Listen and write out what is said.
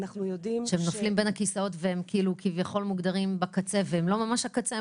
שהם נופלים בין הכיסאות והם כביכול מוגדרים בקצה והם לא ממש הקצה?